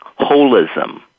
holism